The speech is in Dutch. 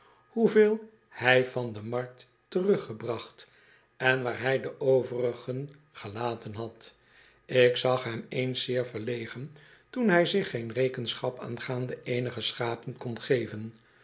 hoeveel hy van de markt teruggebracht en waar hij de overigen gelaten had ik zag hem eens zeer verlegen toen hij zich geen rekenschap aangaande eenige schapen kon geven